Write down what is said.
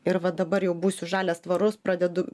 ir va dabar jau būsiu žalias tvarus pradedu